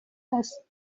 است